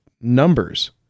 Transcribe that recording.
numbers